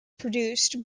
produced